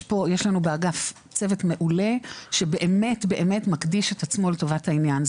יש לנו באגף צוות מעולה שבאמת מקדיש את עצמו לטובת העניין.